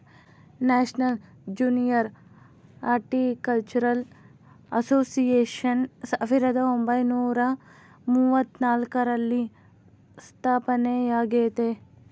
national junior horticultural association ಸಾವಿರದ ಒಂಬೈನುರ ಮೂವತ್ನಾಲ್ಕರಲ್ಲಿ ಸ್ಥಾಪನೆಯಾಗೆತೆ